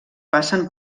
passen